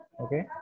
Okay